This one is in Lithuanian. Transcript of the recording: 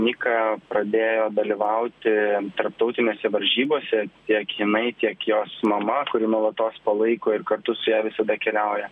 nika pradėjo dalyvauti tarptautinėse varžybose tiek jinai tiek jos mama kuri nuolatos palaiko ir kartu su ja visada keliauja